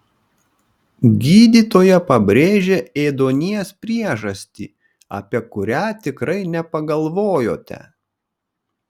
gydytoja pabrėžė ėduonies priežastį apie kurią tikrai nepagalvojote